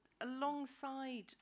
alongside